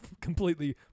completely